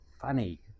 funny